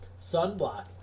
Sunblock